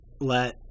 let